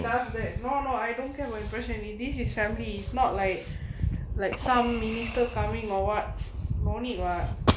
that's that no no I don't care about impressing in this is family is no like like some minister coming or what no need [what]